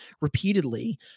repeatedly